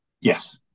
Yes